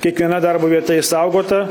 kiekviena darbo vieta išsaugota